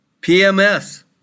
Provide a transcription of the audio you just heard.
PMS